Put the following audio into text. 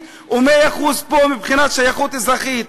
ומאה אחוז פה מבחינת שייכות אזרחית.